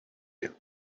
you